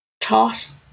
toss